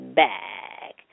back